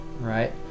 right